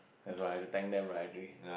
that's why have to thank them right do we